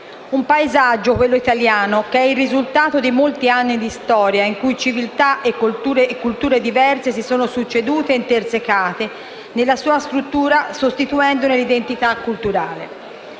Il paesaggio italiano è il risultato di molti anni di storia in cui civiltà e culture diverse si sono succedute e intersecate nella sua struttura costituendone l'identità culturale.